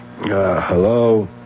Hello